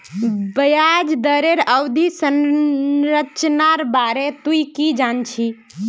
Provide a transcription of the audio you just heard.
ब्याज दरेर अवधि संरचनार बारे तुइ की जान छि